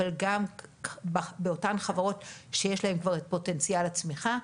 אבל גם באותן חברות שיש להן פוטנציאל צמיחה,